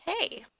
Hey